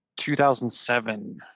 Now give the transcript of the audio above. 2007